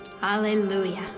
hallelujah